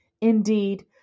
Indeed